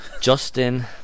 Justin